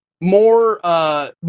more